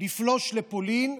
לפלוש לפולין,